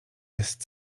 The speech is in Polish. jest